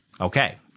Okay